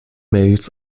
mails